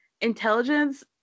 intelligence